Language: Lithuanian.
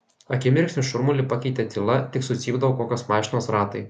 akimirksniu šurmulį pakeitė tyla tik sucypdavo kokios mašinos ratai